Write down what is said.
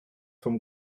vom